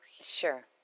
Sure